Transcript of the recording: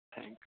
thank you